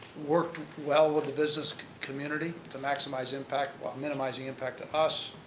worked well with the business community to maximize impact or minimize the impact to us.